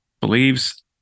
believes